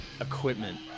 equipment